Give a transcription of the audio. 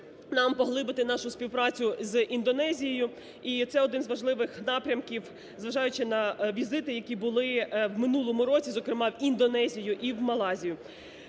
нам поглибити нашу співпрацю з Індонезією і це один із важливих напрямків зважаючи на візити, які були в минулому розі, зокрема в Індонезію і в Малайзію.